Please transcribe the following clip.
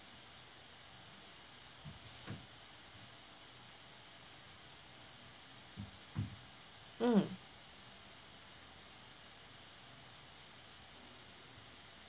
um